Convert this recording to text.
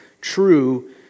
true